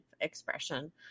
expression